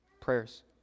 prayers